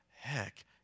heck